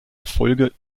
erfolge